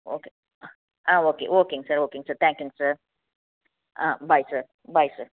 okay ஆ okay ஓகேங்க sir ஓகேங்க சார் தேங்க்யூங்க சார் ஆ பாய் சார் பாய் சார்